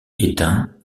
éteint